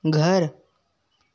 घर